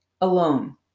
alone